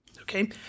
okay